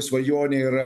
svajonė yra